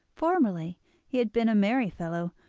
formerly he had been a merry fellow,